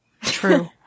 True